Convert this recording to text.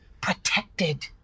protected